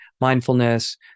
mindfulness